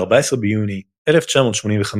ב-14 ביוני 1985,